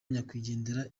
nyakwigendera